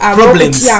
problems